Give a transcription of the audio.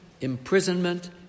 imprisonment